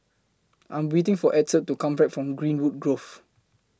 I'm waiting For Edson to Come Back from Greenwood Grove